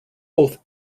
both